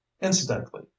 incidentally